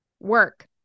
work